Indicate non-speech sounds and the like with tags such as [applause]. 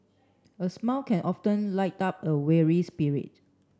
a smile can often [unintelligible] up a weary spirit